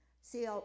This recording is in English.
see